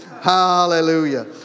Hallelujah